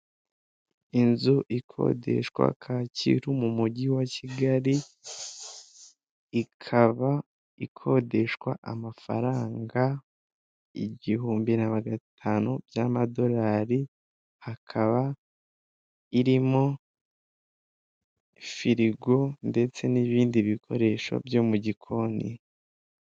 Inzu ikodeshwa kacyiru mu mujyi wa kigali ikaba ikodeshwa amafaranga igihumbi na magana atanu by'amadolari hakaba harimo firigo ndetse n'ibindi bikoresho byo mu gikoni .